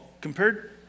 compared